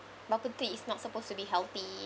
bubble tea is not supposed to be healthy